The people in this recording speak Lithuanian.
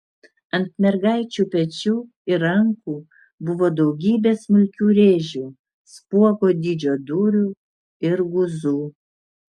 ant mergaičių pečių ir rankų buvo daugybė smulkių rėžių spuogo dydžio dūrių ir guzų